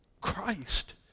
Christ